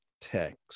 text